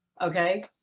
Okay